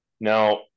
Now